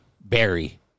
Barry